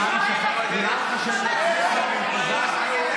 חברת הכנסת וולדיגר, בבקשה, תשבי.